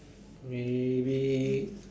maybe